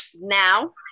Now